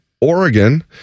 Oregon